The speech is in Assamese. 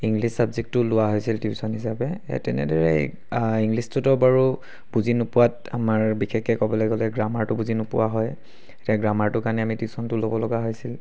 ইংলিছ চাবজেক্টটো লোৱা হৈছিল টিউশ্যন হিচাপে তেনেদৰেই ইংলিছটোতো বাৰু বুজি নোপোৱাত আমাৰ বিশেষকৈ ক'বলৈ গ'লে গ্ৰামাৰটো বুজি নোপোৱা হয় এতিয়া গ্ৰামাৰটোৰ কাৰণে টিউশ্যনটো ল'বলগীয়া হৈছিল